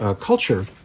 culture